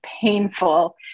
painful